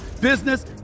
business